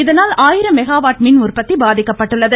இதனால் ஆயிரம் மெகாவாட் மின் உற்பத்தி பாதிக்கப்பட்டுள்ளது